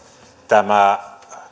tämä